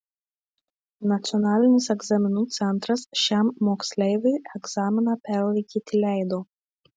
nacionalinis egzaminų centras šiam moksleiviui egzaminą perlaikyti leido